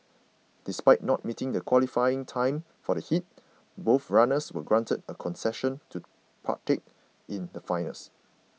despite not meeting the qualifying time for the heat both runners were granted a concession to partake in the finals